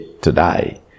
today